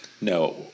No